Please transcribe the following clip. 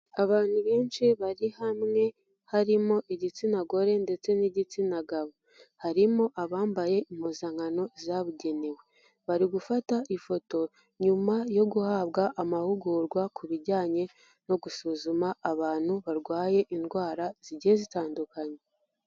Abantu benshi bari hamwe, harimo igitsina gore ndetse n'igitsina gabo, harimo abambaye impuzankano zabugenewe bari gufata ifoto nyuma yo guhabwa amahugurwa ku bijyanye no gusuzuma abantu barwaye indwara zigiye zitandukanye.